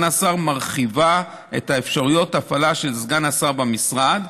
השר מרחיבה את אפשרויות ההפעלה של סגן השר במשרד,